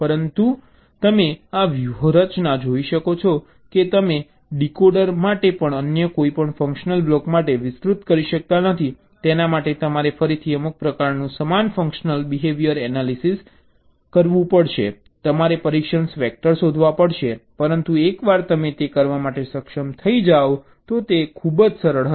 પરંતુ તમે આ વ્યૂહરચના જોઈ શકો છો કે તમે ડીકોડર માટે પણ અન્ય કોઈપણ ફંશનલ બ્લોક માટે વિસ્તૃત કરી શકતા નથી તેના માટે તમારે ફરીથી અમુક પ્રકારનું સમાન ફંશનલ બિહેવીઅર એનાલિસિસ કરવું પડશે અને તમારે પરીક્ષણ વેક્ટર શોધવા પડશે પરંતુ એકવાર તમે તે કરવા માટે સક્ષમ થઈ જાઓ તો તે ખૂબ જ સરળ છે